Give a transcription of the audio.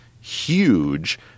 huge